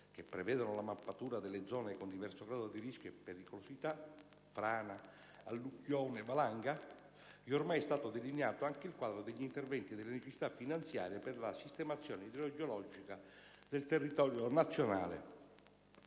che prevedono la mappatura delle zone con diverso grado di rischio e pericolosità (frana, alluvione, valanga), è ormai stato delineato anche il quadro degli interventi e delle necessità finanziarie per la sistemazione idrogeologica del territorio nazionale.